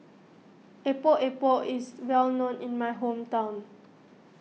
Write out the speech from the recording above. Epok Epok is well known in my hometown